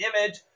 image